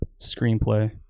screenplay